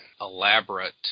elaborate